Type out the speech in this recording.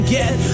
get